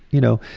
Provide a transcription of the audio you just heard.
you know,